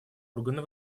органа